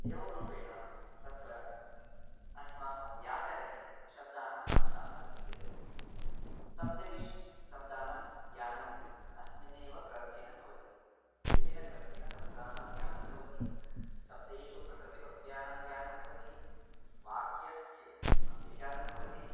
एवं रूपेण तत्र अस्माकं व्याकरणे शब्दानाम् अनुशासनं क्रियते शब्दः विश् शब्दानां ज्ञानमपि अस्मिन्नेव ग्रन्थेन भवति एतेन ग्रन्थेन शब्दानां ज्ञानं भवति शब्देषु प्रकृतिप्रत्ययानां ज्ञानं भवति वाक्यस्य अपि ज्ञानं भवति